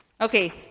Okay